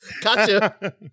Gotcha